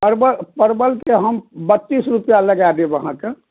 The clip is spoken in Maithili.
परवलके हम बत्तीस रुपआ लगा देब अहाँकेॅं